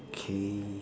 okay